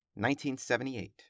1978